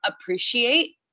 appreciate